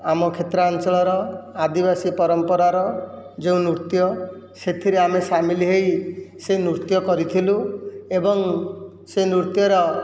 ଆମ କ୍ଷେତ୍ରାଞ୍ଚଳର ଆଦିବାସୀ ପରମ୍ପରାର ଯେଉଁ ନୃତ୍ୟ ସେଥିରେ ଆମେ ସାମିଲ ହୋଇ ସେ ନୃତ୍ୟ କରିଥିଲୁ ଏବଂ ସେ ନୃତ୍ୟର